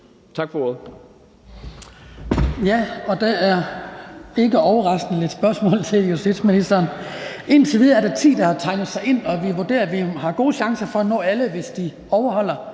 Tak for ordet.